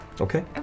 Okay